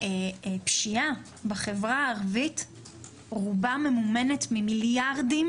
הפשיעה בחברה הערבית רובה ממומנת ממיליארדים,